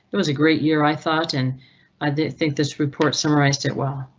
it was a great year i thought and i think this report summarized it well.